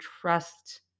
trust